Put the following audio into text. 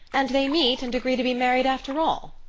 and they meet and agree to be married after all.